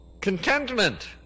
Contentment